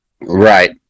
right